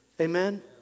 Amen